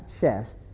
chest